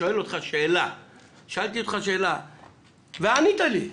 שאלתי אתך שאלה וענית לי,